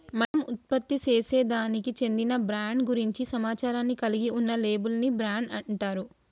మనం ఉత్పత్తిసేసే దానికి చెందిన బ్రాండ్ గురించి సమాచారాన్ని కలిగి ఉన్న లేబుల్ ని బ్రాండ్ అంటారు